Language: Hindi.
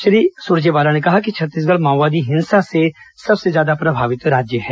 श्री सुरजेवाला ने कहा कि छत्तीसगढ़ माओवादी हिंसा से सबसे ज्यादा प्रभावित राज्य है